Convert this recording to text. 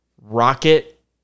rocket